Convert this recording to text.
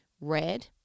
Red